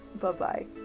bye-bye